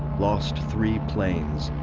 lost three planes.